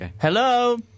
Hello